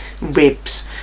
ribs